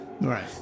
Right